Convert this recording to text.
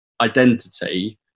identity